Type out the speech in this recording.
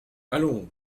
allons